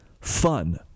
fun